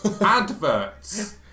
adverts